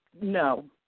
No